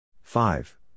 Five